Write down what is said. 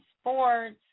sports